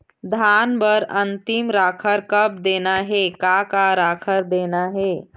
धान बर अन्तिम राखर कब देना हे, का का राखर देना हे?